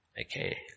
Okay